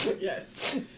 Yes